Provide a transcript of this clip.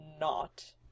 not-